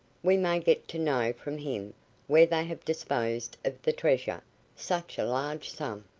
we may get to know from him where they have disposed of the treasure such a large sum.